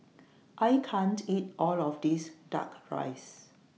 I can't eat All of This Duck Rice